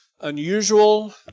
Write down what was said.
unusual